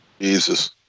Jesus